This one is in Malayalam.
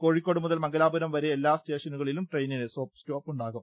കോഴി ക്കോടുമുതൽ മംഗലാപുരംവരെ എല്ലാ സ്റ്റേഷനുകളിലും ട്രെയിനിന് സ്റ്റോപ്പുണ്ടാകും